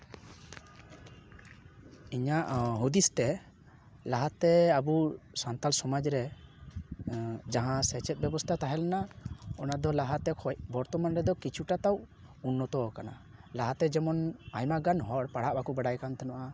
ᱤᱧᱟᱹᱜ ᱦᱩᱫᱤᱥ ᱛᱮ ᱞᱟᱦᱟᱛᱮ ᱟᱵᱚ ᱥᱟᱱᱛᱟᱲ ᱥᱚᱢᱟᱡᱽ ᱨᱮ ᱡᱟᱦᱟᱸ ᱥᱮᱪᱮᱫ ᱵᱮᱵᱚᱥᱛᱟ ᱛᱟᱦᱮᱞᱮᱱᱟ ᱚᱱᱟ ᱫᱚ ᱞᱟᱦᱟ ᱛᱮ ᱠᱷᱚᱡ ᱵᱚᱨᱛᱚᱢᱟᱱ ᱨᱮᱫᱚ ᱠᱤᱪᱷᱩᱴᱟ ᱛᱟᱣ ᱩᱱᱱᱚᱛᱚᱣᱟᱠᱟᱱᱟ ᱞᱟᱦᱟᱛᱮ ᱡᱮᱢᱚᱱ ᱟᱭᱢᱟ ᱜᱟᱱ ᱦᱚᱲ ᱯᱟᱲᱦᱟᱜ ᱵᱟᱠᱚ ᱵᱟᱲᱟᱭ ᱠᱟᱱ ᱛᱟᱦᱮᱱᱟ